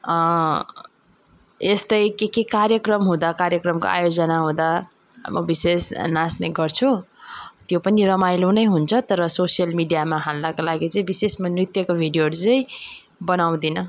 यस्तै के के कार्यक्रम हुँदा कार्यक्रमको आयोजना हुँदा अब विशेष नाच्ने गर्छु त्यो पनि रमाइलो नै हुन्छ तर सोसियल मिडियामा हाल्नका लागि चाहिँ विशेष म नृत्यको भिडियोहरू चाहिँ बनाउदिनँ